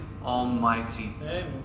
almighty